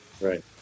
right